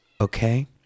okay